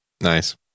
Nice